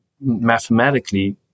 mathematically